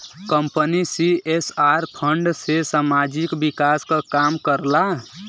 company CSR fund से सामाजिक विकास क काम करला